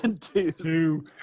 two